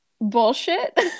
bullshit